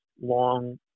long